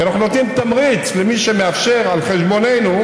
כי אנחנו נותנים תמריץ למי שמאפשר, על חשבוננו,